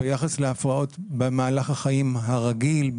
ביחס להפרעות במהלך החיים הרגיל,